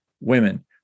women